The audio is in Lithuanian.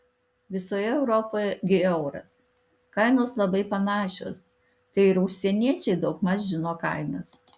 visoje europoje gi euras kainos labai panašios tai ir užsieniečiai daugmaž žino kainas